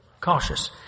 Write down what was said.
Cautious